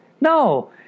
No